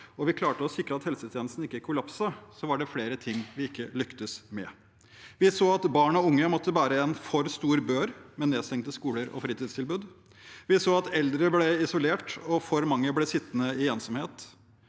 og vi klarte å sikre at helsetjenesten ikke kollapset, var det flere ting vi ikke lyktes med. Vi så at barn og unge måtte bære en for stor bør, med nedstengte skoler og fritidstilbud. Vi så at eldre ble isolert, og for mange ble sittende i ensomhet.